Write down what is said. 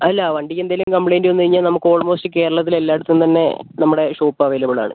അല്ല വണ്ടിക്ക് എന്തെങ്കിലും കംപ്ലൈന്റ് വന്ന് കഴിഞ്ഞാൽ നമുക്ക് ഓൾമോസ്റ്റ് കേരളത്തിൽ എല്ലായിടത്തും തന്നെ നമ്മുടെ ഷോപ്പ് അവൈലബിൾ ആണ്